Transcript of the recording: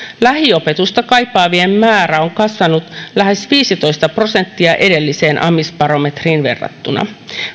lähiopetusta kaipaavien määrä on kasvanut lähes viisitoista prosenttia edelliseen amisbarometriin verrattuna